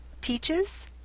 teaches